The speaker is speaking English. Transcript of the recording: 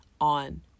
on